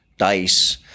Dice